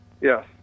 Yes